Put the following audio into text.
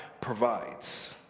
provides